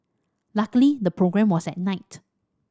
luckily the programme was at night